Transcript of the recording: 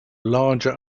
larger